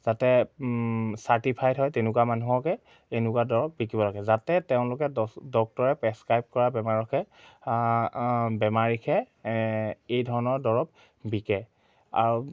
যাতে চাৰ্টিফাইড হয় তেনেকুৱা মানুহকে এনেকুৱা দৰৱ বিকিব লাগে যাতে তেওঁলোকে ডক্টৰে প্ৰেছক্ৰাইব কৰা বেমাৰীকহে এই ধৰণৰ দৰৱ বিকে আৰু